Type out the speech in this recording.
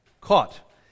caught